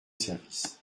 service